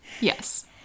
Yes